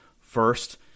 first